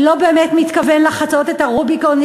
לא באמת מתכוון לחצות את הרוביקון.